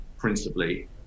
principally